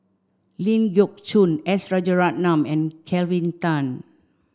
Ling Geok Choon S Rajaratnam and Kelvin Tan